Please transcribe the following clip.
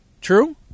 True